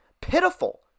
pitiful